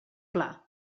pla